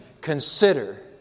consider